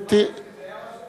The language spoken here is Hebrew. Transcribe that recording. אפשר להוסיף: השר לענייני רווחה